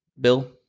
Bill